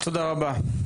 תודה רבה.